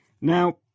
Now